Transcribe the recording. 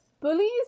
Bullies